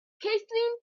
kathleen